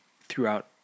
throughout